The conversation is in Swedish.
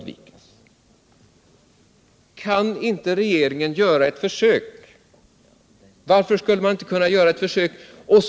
Varför kan inte regeringen ta upp sådana diskussioner?